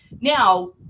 Now